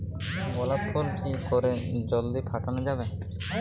গোলাপ ফুল কি করে জলদি ফোটানো যাবে?